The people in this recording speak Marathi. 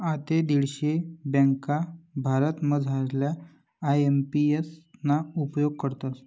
आते दीडशे ब्यांका भारतमझारल्या आय.एम.पी.एस ना उपेग करतस